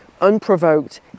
unprovoked